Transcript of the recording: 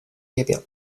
列表